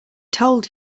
told